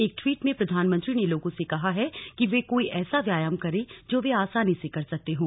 एक ट्वीट में प्रधानमंत्री ने लोगों से कहा है कि वे कोई ऐसा व्यायाम करें जो वे आसानी से कर सकते हों